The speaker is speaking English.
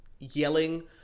yelling